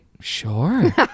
sure